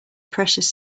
precious